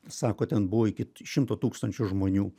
sako ten buvo iki šimto tūkstančių žmonių